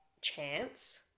chance